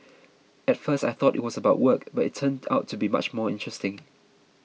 at first I thought it was about work but it turned out to be much more interesting